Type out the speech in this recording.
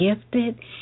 gifted